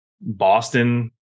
Boston